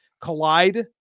collide